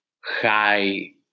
high